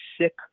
sick